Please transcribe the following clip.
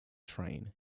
train